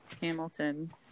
Hamilton